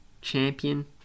Champion